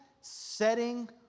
setting